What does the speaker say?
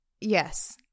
yes